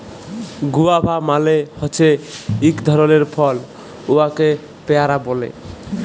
guava মালে হছে ইক ধরলের ফল উয়াকে পেয়ারা ব্যলে